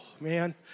man